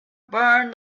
burned